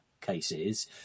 cases